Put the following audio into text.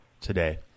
today